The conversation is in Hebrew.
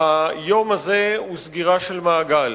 היום הזה הוא סגירה של מעגל,